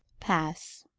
pass.